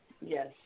Yes